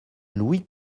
louis